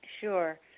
Sure